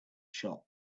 shop